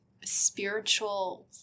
spiritual